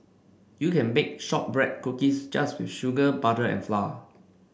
you can bake shortbread cookies just with sugar butter and flour